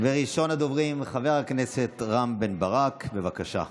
ראשון הדוברים, חבר הכנסת רם בן ברק, בבקשה.